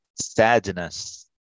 sadness